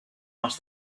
asked